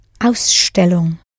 Ausstellung